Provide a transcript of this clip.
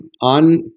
on